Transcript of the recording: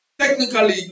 Technically